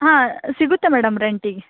ಹಾಂ ಸಿಗುತ್ತೆ ಮೇಡಮ್ ರೆಂಟಿಗೆ